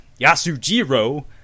Yasujiro